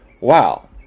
wow